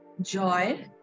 Joy